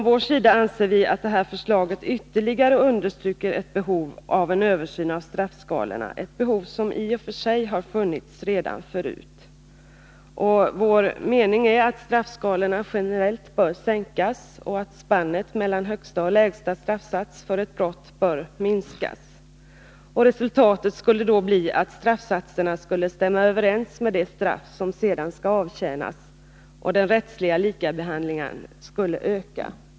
Vi anser att det här förslaget ytterligare understryker behovet av en översyn av straffskalorna — ett behov som i och för sig har funnits redan förut. Vi anser att straffskalorna generellt bör sänkas och att spannet mellan högsta och lägsta straffsats för ett brott bör minskas. Resultatet skulle bli att straffsatserna skulle stämma överens med det straff som sedan skall avtjänas, och den rättsliga likabehandlingen skulle öka.